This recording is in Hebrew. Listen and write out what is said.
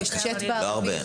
לא הרבה.